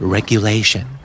Regulation